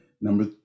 Number